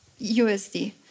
USD